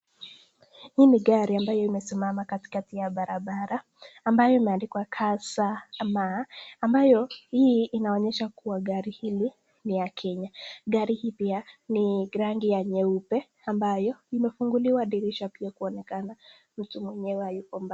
Hii ni gari ambayo imesimama katikati ya barabara, ambayo imeandikwa Kasa ama, ambayo hii inaonyesha kuwa gari hili ni ya Kenya. Gari hii pia ni rangi ya nyeupe, ambayo imefunguliwa dirisha pia kuonekana. Mtu mwenyewe hayupo.